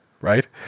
right